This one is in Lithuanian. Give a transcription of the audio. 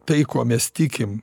tai kuo mes tikim